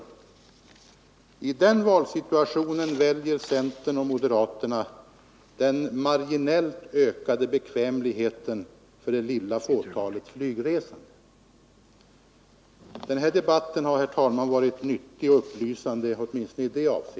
I den valsituationen väljer centern och moderaterna den marginellt ökade bekvämligheten för det lilla fåtalet flygresande. Den här debatten, herr talman, har — åtminstone i det avseendet — varit nyttig och upplysande.